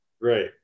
Right